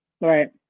Right